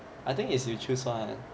I think it's you choose one